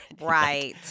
Right